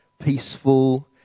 peaceful